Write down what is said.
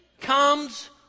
comes